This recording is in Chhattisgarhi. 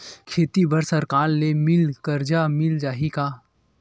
खेती बर सरकार ले मिल कर्जा मिल जाहि का?